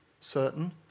certain